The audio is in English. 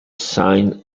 sign